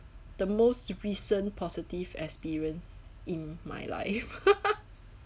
the most recent positive experience in my life